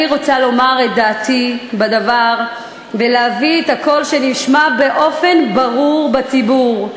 אני רוצה לומר את דעתי בדבר ולהביא את הקול שנשמע באופן ברור בציבור,